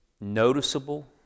noticeable